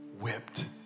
whipped